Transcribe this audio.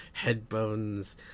headbones